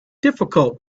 difficult